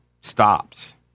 stops